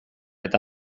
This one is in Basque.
eta